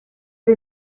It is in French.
les